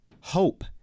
hope